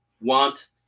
want